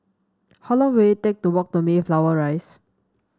how long will it take to walk to Mayflower Rise